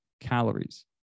calories